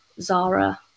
Zara